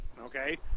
okay